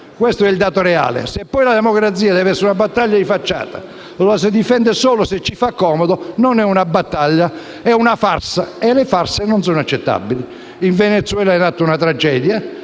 Questo è il dato reale. Se poi la democrazia deve essere una battaglia di facciata e la si difende solo se ci fa comodo, non è una battaglia ma è una farsa e le farse non sono accettabili. In Venezuela è in atto una tragedia.